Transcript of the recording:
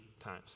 times